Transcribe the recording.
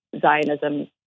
Zionism